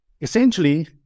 Essentially